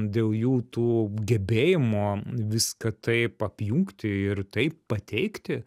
dėl jų tų gebėjimo viską taip apjungti ir taip pateikti